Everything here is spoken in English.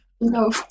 No